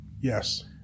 Yes